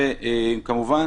וכמובן